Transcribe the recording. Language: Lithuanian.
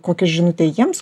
kokią žinutę jiems